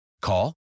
Call